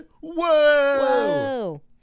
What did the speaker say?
Whoa